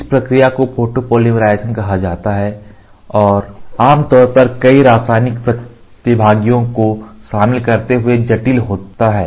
इस प्रक्रिया को फोटो पॉलीमराइजेशन कहा जाता है और आमतौर पर कई रासायनिक प्रतिभागियों को शामिल करते हुए जटिल होता है